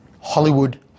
Hollywood